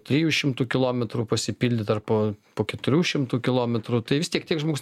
trijų šimtų kilometrų pasipildyt ar po po keturių šimtų kilometrų tai vis tiek tiek žmogus